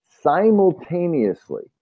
simultaneously